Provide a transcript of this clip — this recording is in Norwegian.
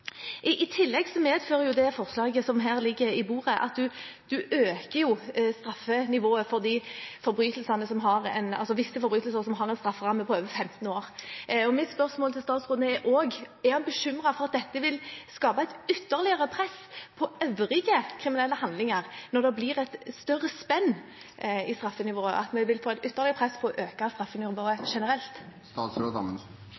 fram. I tillegg medfører det forslaget som her ligger på bordet, at man øker straffenivået for visse forbrytelser som har en strafferamme på over 15 år. Mitt spørsmål til statsråden er: Er han bekymret for at det vil skape et ytterligere press på øvrige kriminelle handlinger når det blir et større spenn i straffenivået – at vi vil få et ytterligere press på å øke